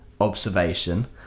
observation